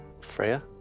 Freya